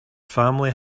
family